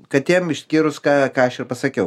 katėm išskyrus ką ką aš ir pasakiau